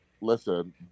Listen